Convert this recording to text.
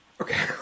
Okay